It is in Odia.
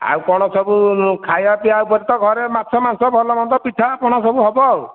ଆଉ କ'ଣ ସବୁ ଖାଇବା ପିଇବା ଉପରେ ତ ଘରେ ମାଛ ମାଂସ ଭଲ ମନ୍ଦ ପିଠା ପଣା ସବୁ ହେବ ଆଉ